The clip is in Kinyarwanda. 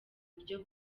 buryo